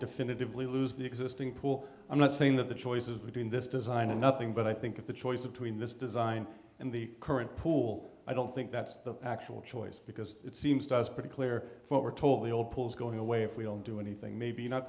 definitively lose the existing pool i'm not saying that the choice is between this design and nothing but i think the choice of tween this design and the current pool i don't think that's the actual choice because it seems to us pretty clear what we're told the old bulls going away if we don't do anything maybe not